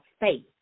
faith